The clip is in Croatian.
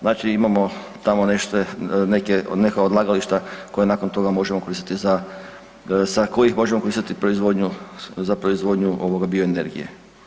Znači imamo tamo neka odlagališta koja nakon toga možemo koristiti, sa kojih možemo koristiti proizvodnju za proizvodnju bioenergije.